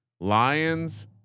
lions